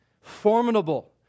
formidable